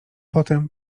potem